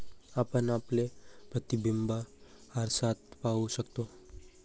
आपण आपले प्रतिबिंब आरशात पाहू शकतो